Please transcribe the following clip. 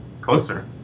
closer